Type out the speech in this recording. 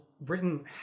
Britain